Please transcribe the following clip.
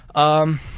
um.